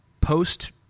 post